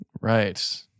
Right